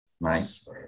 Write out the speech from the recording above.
Nice